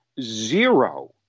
zero